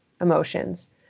emotions